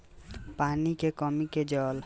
पानी के कमी के जल संकट के रूप में देखल जाला